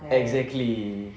exactly